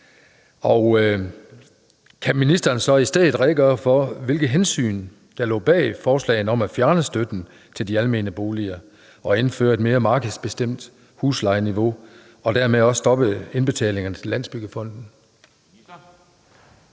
Kan ministeren så i stedet redegøre for, hvilke hensyn der lå bag forslaget om at fjerne støtten til de almene boliger og indføre et mere markedsbestemt huslejeniveau og dermed også stoppe indbetalingerne til Landsbyggefonden?